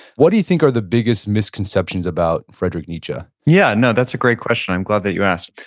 what do you think are the biggest misconceptions about friedrich nietzsche? yeah. no. that's a great question. i'm glad that you asked.